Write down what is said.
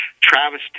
Travis